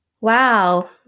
wow